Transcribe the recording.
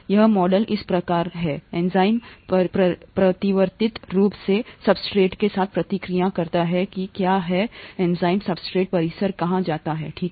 यह मॉडल इस प्रकार हैएंजाइम प्रतिवर्ती रूप से सब्सट्रेट के साथ प्रतिक्रिया करता है कि क्या है एंजाइम सब्सट्रेट परिसर कहा जाता है ठीक है